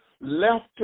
left